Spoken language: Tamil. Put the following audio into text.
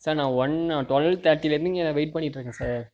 சார் நான் ஒன்னா டுவெல் தேர்ட்டியிலேந்து இங்கே நான் வெயிட் பண்ணிகிட்ருக்கேன் சார்